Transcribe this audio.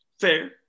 fair